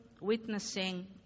witnessing